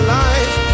life